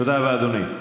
תודה רבה, אדוני.